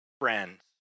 friends